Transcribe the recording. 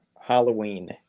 Halloween